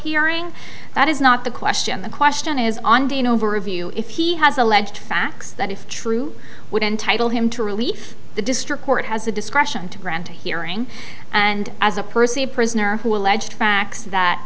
hearing that is not the question the question is on de novo review if he has alleged facts that if true would entitle him to relief the district court has the discretion to grant a hearing and as a person a prisoner who alleged facts that